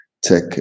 tech